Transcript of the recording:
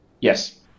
Yes